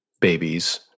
babies